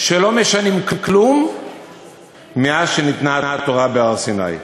שלא משנים כלום מאז ניתנה התורה בהר-סיני.